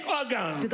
organ